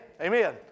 Amen